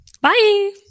Bye